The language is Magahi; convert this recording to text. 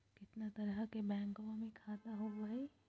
कितना तरह के बैंकवा में खाता होव हई?